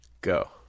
Go